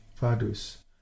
fadus